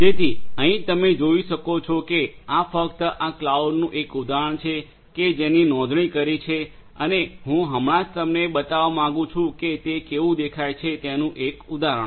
તેથી અહીં તમે જોઈ શકો છો કે આ ફક્ત આ ક્લાઉડનું એક ઉદાહરણ છે કે જેની નોંધણી કરી છે અને હું હમણાં જ તમને બતાવવા માંગું છું કે તે કેવુ દેખાય છે તેનું એક ઉદાહરણ